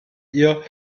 ihr